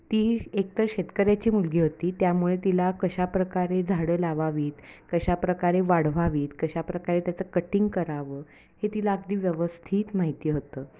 ती एकतर शेतकऱ्याची मुलगी होती त्यामुळे तिला कशा प्रकारे झाडे लावावीत कशा प्रकारे वाढवावीत कशा प्रकारे त्याचं कटिंग करावं हे तिला अगदी व्यवस्थित माहिती होतं